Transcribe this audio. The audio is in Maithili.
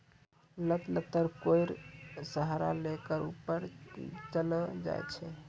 लत लत्तर कोय सहारा लै कॅ ऊपर चढ़ैलो जाय छै